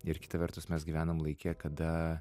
ir kita vertus mes gyvenam laike kada